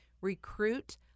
recruit